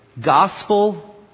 Gospel